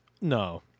no